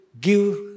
give